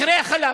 מחירי החלב,